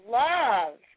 love